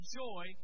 joy